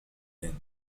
الآن